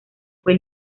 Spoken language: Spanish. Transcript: fue